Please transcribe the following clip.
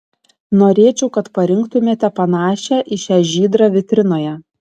norėčiau kad parinktumėte panašią į šią žydrą vitrinoje